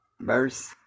verse